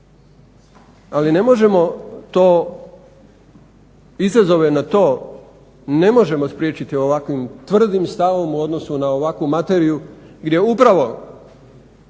Ali ne možemo to izazove na to ne možemo spriječiti ovakvim tvrdim stavom u odnosu na ovakvu materiju gdje upravo